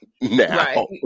now